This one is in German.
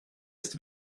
ist